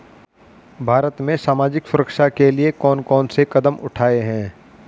भारत में सामाजिक सुरक्षा के लिए कौन कौन से कदम उठाये हैं?